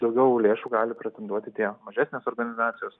daugiau lėšų gali pretenduoti tie mažesnės organizacijos